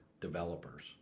developers